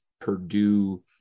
Purdue